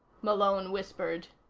malone whispered.